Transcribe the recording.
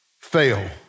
fail